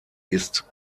ist